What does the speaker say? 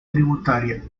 tributaria